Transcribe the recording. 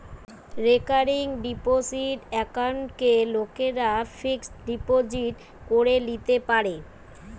recurring deposit একাউন্টকে লোকরা fixed deposit করে লিতে পারে